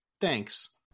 Thanks